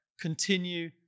continue